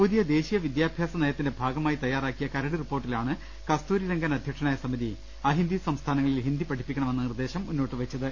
പുതിയ ദേശീയ വിദ്യാഭ്യാസ് നയത്തിന്റെ ഭാഗമായി തയ്യാ റാക്കിയ കരട് റിപ്പോർട്ടിലാണ് കസ്തൂരിരംഗൻ അധ്യക്ഷനായ സമിതി അഹിന്ദി സംസ്ഥാനങ്ങളിൽ ഹിന്ദി പഠിപ്പിക്കണമെന്ന നിർദ്ദേശം മുന്നോട്ടുവെച്ചത്